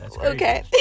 okay